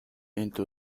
into